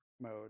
mode